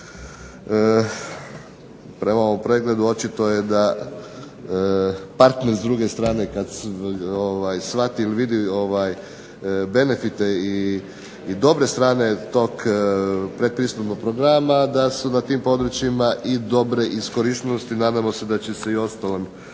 Prema ovom pregledu očito je da partner s druge strane, kad shvati ili vidi benefite i dobre strane tog pretpristupnog programa da su na tim područjima i dobre iskorištenosti, nadamo se da će se i ostalim,